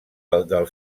del